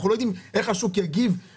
אנחנו לא יודעים איך השוק יגיב.